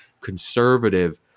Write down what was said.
conservative